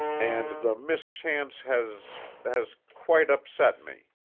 and the mischance has has quite upset me.